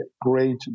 great